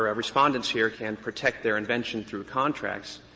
respondents here can protect their invention through contracts.